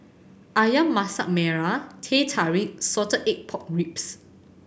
Ayam Masak Merah Teh Tarik Salted Egg Pork Ribs